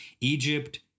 Egypt—